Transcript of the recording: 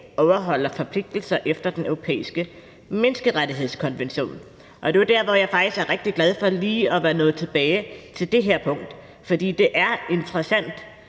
overholder forpligtelser efter Den Europæiske Menneskerettighedskonvention. Det er jo der, jeg er rigtig glad for lige at være nået tilbage til det her punkt, for det er interessant,